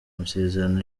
amasezerano